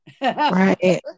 Right